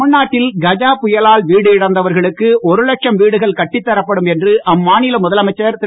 தமிழ்நாட்டில் கஜா புயலால் வீடிழந்தவர்களுக்கு ஒரு லட்சம் வீடுகள் கட்டித் தரப்படும் என்று அம்மாநில முதலமைச்சர் திரு